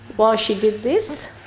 why she did this,